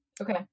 Okay